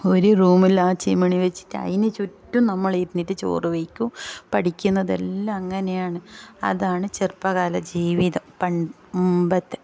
ഒരു റൂമിൽ ആ ചിമ്മിണി വെച്ചിട്ട് അതിനു ചുറ്റും നമ്മളിരുന്നിട്ട് ചോറ് വയ്ക്കും പഠിക്കുന്നതെല്ലാം അങ്ങനെയാണ് അതാണ് ചെറുപ്പ കാല ജീവിതം പൺ മുമ്പത്തെ